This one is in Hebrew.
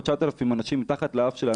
התייפייפות הנפש בואו נשאיר למקום אחר.